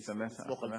אני סומך עליך.